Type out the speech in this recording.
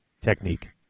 technique